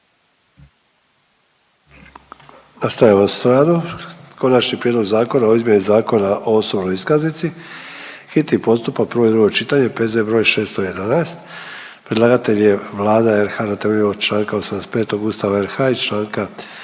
Nastavljamo s radom. - Konačni prijedlog Zakona o izmjeni Zakona o osobnoj iskaznici, hitni postupak, prvo i drugo čitanje, P.Z.E. br. 611 Predlagatelj je Vlada RH na temelju čl. 85. Ustava RH i čl.